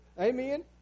Amen